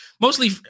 mostly